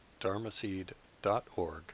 dharmaseed.org